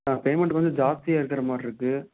payment கொஞ்சம் ஜாஸ்தியாக இருக்கிற மாதிரி இருக்குது